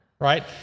Right